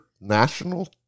national